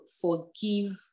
forgive